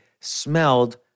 smelled